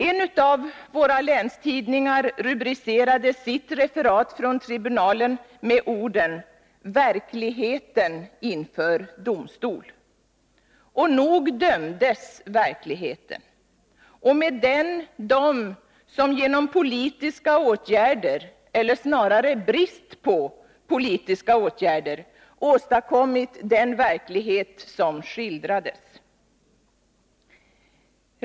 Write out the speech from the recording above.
En av våra länstidningar rubricerade sitt referat från tribunalen med orden: Verkligheten inför domstol. Och nog dömdes verkligheten, och med den de som genom politiska åtgärder, eller snarare brist på politiska åtgärder, åstadkommit den verklighet som skildrades.